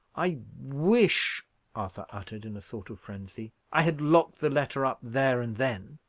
i wish arthur uttered, in a sort of frenzy, i had locked the letter up there and then.